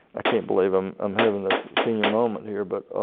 i can't believe i'm um having this senior moment here but